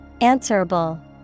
Answerable